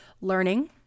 Learning